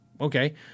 Okay